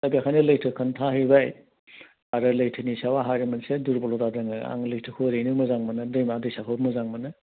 दा बेखायनो लैथो खिनथाहैबाय आरो लैथोनि सायाव आंहा ओरै मोनसे दुरबलथा दङ आं लैथोखौ ओरैनो मोजां मोनो दैमा दैसाखौ मोजां मोनो